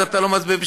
אז אתה לא מצביע.